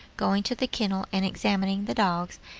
going to the kennel and examining the dogs,